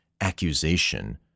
accusation